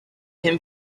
him